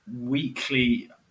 weekly